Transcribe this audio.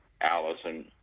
Allison